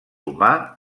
humà